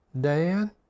Dan